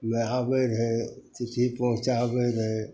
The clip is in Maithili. वएह आबै रहै चिट्ठी पहुँचाबै रहै